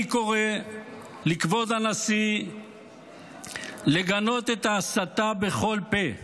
אני קורא לכבוד הנשיא לגנות את ההסתה בכל פה.